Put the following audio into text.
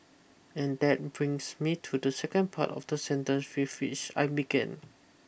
and that brings me to the second part of the sentence feel fish I began